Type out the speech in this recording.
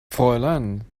fräulein